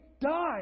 die